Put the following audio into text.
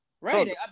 Right